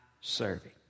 serving